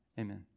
amen